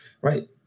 right